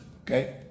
Okay